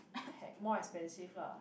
!heck! more expensive lah